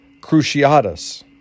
cruciatus